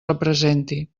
representi